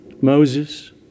Moses